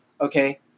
Okay